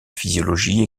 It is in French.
physiologie